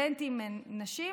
מהסטודנטים הן נשים,